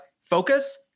focus